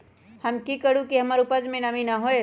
हम की करू की हमर उपज में नमी न होए?